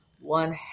one